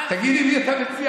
תגיד לי את מי אתה מציע.